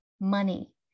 Money